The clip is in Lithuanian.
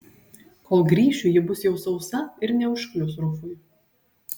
kol grįšiu ji bus jau sausa ir neužklius rufui